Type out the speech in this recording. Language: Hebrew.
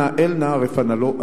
אנא, אל נא רפא נא לו.